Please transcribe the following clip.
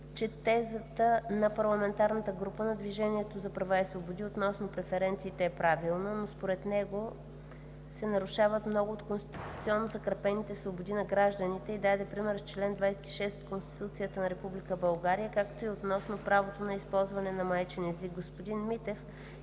че тезата на парламентарната група на „Движението за права и свободи“ относно преференциите е правилна, но според него се нарушават много от конституционно закрепените свободи на гражданите и даде пример с чл. 26 от Конституцията на Република България, както и относно правото на използване на майчин език. Господин Христиан